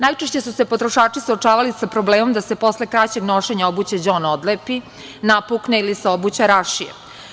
Najčešće su se potrošači suočavali sa problemom da se posle kraćeg nošenja obuće đon odlepi, napukne ili se obuća rašije.